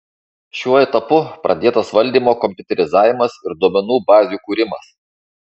šiuo etapu pradėtas valdymo kompiuterizavimas ir duomenų bazių kūrimas